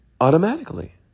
automatically